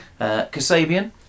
Kasabian